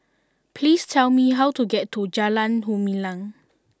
please tell me how to get to Jalan Gumilang